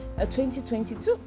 2022